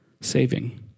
saving